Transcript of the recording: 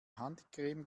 handcreme